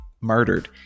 murdered